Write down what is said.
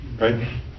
Right